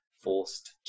forced